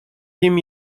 nim